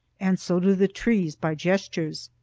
and so do the trees, by gestures.